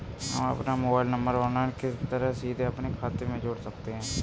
हम अपना mobile number online किस तरह सीधे अपने खाते में जोड़ सकते हैं?